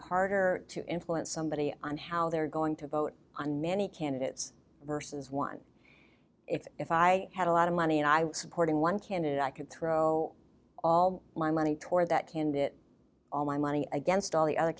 harder to influence somebody on how they're going to vote on many candidates versus one it's if i had a lot of money and i was supporting one candidate i could throw all my money toward that candidate all my money against all the other